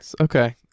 Okay